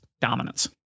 dominance